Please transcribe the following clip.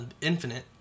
Infinite